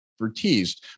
expertise